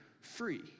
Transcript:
free